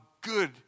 good